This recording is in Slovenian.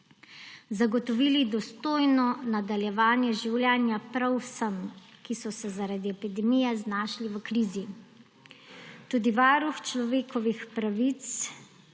zagotovili dostojno nadaljevanje življenja prav vsem, ki so se zaradi epidemije znašli v krizi. Tudi Varuh človekovih pravic